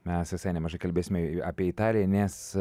mes visai nemažai kalbėsime apie italiją nes